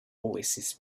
oasis